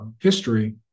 history